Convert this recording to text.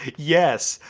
yes.